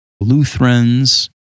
Lutherans